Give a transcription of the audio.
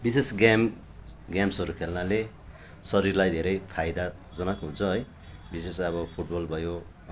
विशेष गेम गेम्सहरू खेल्नाले शरीरलाई धेरै फाइदाजनक हुन्छ है विशेष अब फुट बल भयो